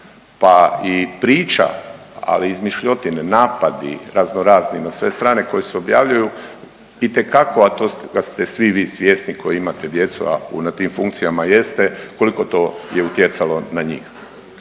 pa i priča, ali i izmišljotine, napadi razno razni na sve strane koji se objavljuju itekako, a toga ste svi vi svjesni koji imate djecu, a na tim funkcijama jeste koliko to je utjecalo na njih.